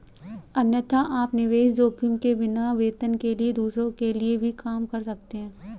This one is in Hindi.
अन्यथा, आप निवेश जोखिम के बिना, वेतन के लिए दूसरों के लिए भी काम कर सकते हैं